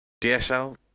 DSL